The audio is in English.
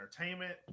Entertainment